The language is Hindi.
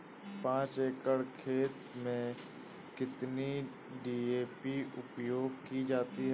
पाँच एकड़ खेत में कितनी डी.ए.पी उपयोग की जाती है?